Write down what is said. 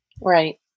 Right